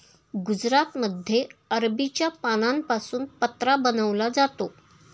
गुजरातमध्ये अरबीच्या पानांपासून पत्रा बनवला जातो